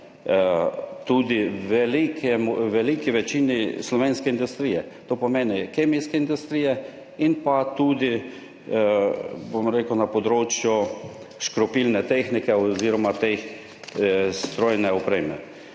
tudi v veliki večini slovenske industrije. To pomeni kemijske industrije in pa tudi, bom rekel, na področju škropilne tehnike oziroma te strojne opreme.